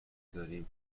دارم